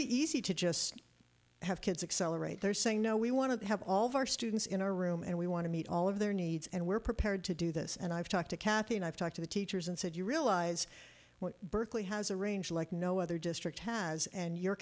be easy to just have kids accelerate they're saying no we want to have all of our students in our room and we want to meet all of their needs and we're prepared to do this and i've talked to kathy and i've talked to the teachers and said you realize what berkeley has arranged like no other district has and you're